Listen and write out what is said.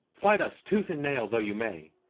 fight us tooth and nail though you may,